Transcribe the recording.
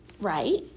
right